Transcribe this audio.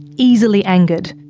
easily angered.